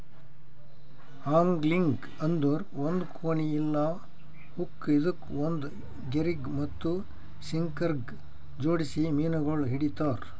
angling ಅಂದುರ್ ಒಂದ್ ಕೋನಿ ಇಲ್ಲಾ ಹುಕ್ ಇದುಕ್ ಒಂದ್ ಗೆರಿಗ್ ಮತ್ತ ಸಿಂಕರಗ್ ಜೋಡಿಸಿ ಮೀನಗೊಳ್ ಹಿಡಿತಾರ್